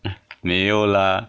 没有啦